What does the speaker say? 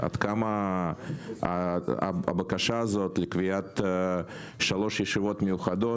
עד כמה הבקשה הזאת לקביעת שלוש ישיבות מיוחדות